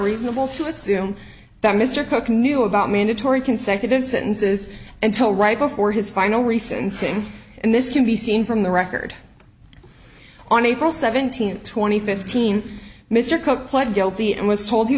reasonable to assume that mr cook knew about mandatory consecutive sentences until right before his final recent sting and this can be seen from the record on april seventeenth twenty fifteen mr cook pled guilty and was told he